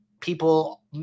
People